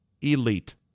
elite